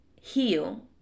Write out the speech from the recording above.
heal